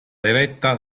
eretta